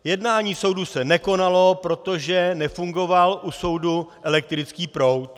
Jednání soudu se nekonalo, protože nefungoval u soudu elektrický proud.